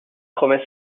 remet